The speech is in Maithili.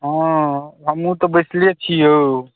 हँ हमहूँ तऽ बैसले छी यौ